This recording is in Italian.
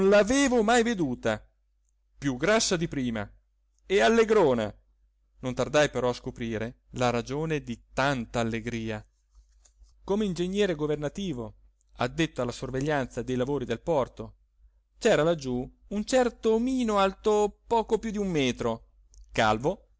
l'avevo mai veduta più grassa di prima e allegrona non tardai però a scoprire la ragione di tanta allegria come ingegnere governativo addetto alla sorveglianza dei lavori del porto c'era laggiù un certo omino alto poco più d'un metro calvo